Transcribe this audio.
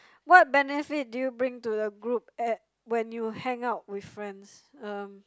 what benefit do you bring to the group at when you hang out with friends um